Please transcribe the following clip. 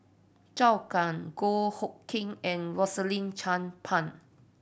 Zhou Can Goh Hood Keng and Rosaline Chan Pang